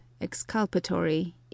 exculpatory